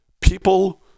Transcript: people